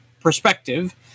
perspective